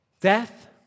death